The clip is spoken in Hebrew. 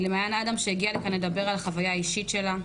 למעין אדם שהגיעה לכאן לדבר על החוויה האישית שלה,